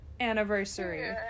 anniversary